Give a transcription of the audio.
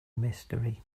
mystery